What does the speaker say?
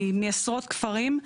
מעשרות כפרים,